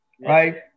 right